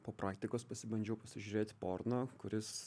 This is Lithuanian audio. po praktikos pasibandžiau pasižiūrėti porno kuris